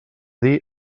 dir